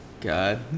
God